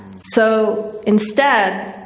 so instead,